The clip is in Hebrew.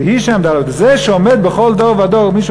"והיא שעמדה" זה שעומד בכל דור ודור מישהו